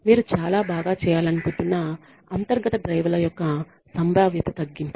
మీరు బాగా చేయాలనుకుంటున్న అంతర్గత డ్రైవ్ ల యొక్క సంభావ్య తగ్గింపు